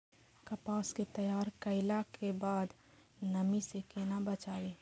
कपास के तैयार कैला कै बाद नमी से केना बचाबी?